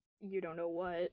you-don't-know-what